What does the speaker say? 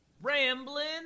rambling